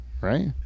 right